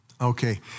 Okay